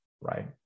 right